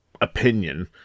opinion